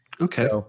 Okay